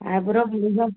eyebrow